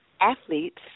athletes